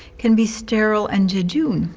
can be sterile and jejune.